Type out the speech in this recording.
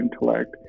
intellect